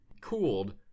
cooled